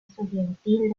estudiantil